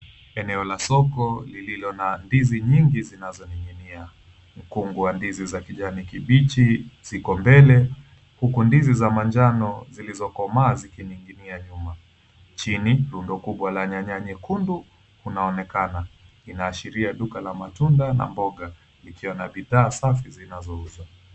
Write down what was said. Eneo la soko lililo na ndizi nyingi zinazoning'inia. Mkungu wa ndizi za kijani kibichi ziko mbele huku ndizi za manjano zilizokomaa zikining'inia nyuma. Chini rundo kubwa la nyanya nyekundu unaonekana, inaashiria duka la matunda na mboga likiwa na bidhaa safi zinazouzwa.